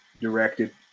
directed